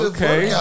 Okay